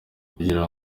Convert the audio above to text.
kugira